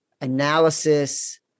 analysis